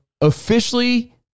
officially